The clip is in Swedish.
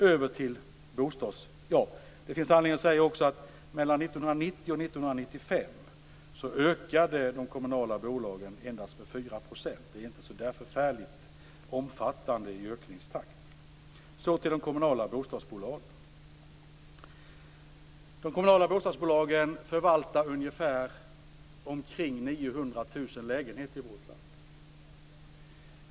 Det finns också anledning att säga att de kommunala bolagen endast ökade med 4 % mellan 1990 och 1995. Det är inte någon förfärligt snabb ökningstakt. Så vill jag gå in på frågan om de kommunala bostadsbolagen. 900 000 lägenheter i vårt land.